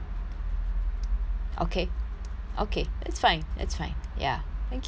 okay okay that's fine that's fine ya thank you so much